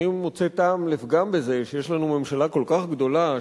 אני מוצא טעם לפגם בזה שיש לנו ממשלה כל כך גדולה,